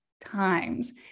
times